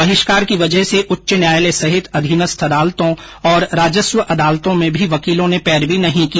बहिष्कार की वजह से उच्च न्यायालय सहित अधीनस्थ अदालतों और राजस्व अदालतों में भी वकीलों ने पैरवी नहीं की